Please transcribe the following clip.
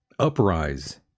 uprise